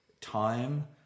time